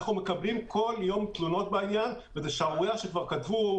אנחנו מקבלים בכל יום תלונות בעניין וזה שערורייה שכבר כתבו עליה,